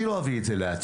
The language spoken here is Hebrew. אני לא אביא את זה להצבעה.